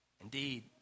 Indeed